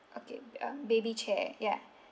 okay um baby chair ya